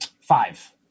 five